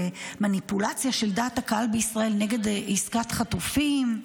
ומניפולציה של דעת הקהל בישראל נגד עסקת חטופים.